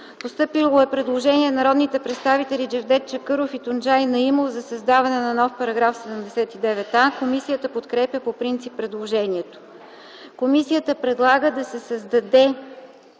Постъпило е предложение от народните представители Джевдет Чакъров и Тунджай Наимов за създаване на нов § 79а. Комисията подкрепя по принцип предложението. Комисията предлага да се създаде